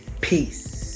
Peace